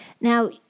Now